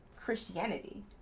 Christianity